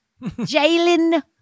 Jalen